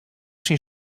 syn